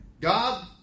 God